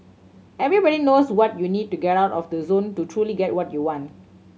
everybody knows what you need to get out of the zone to truly get what you want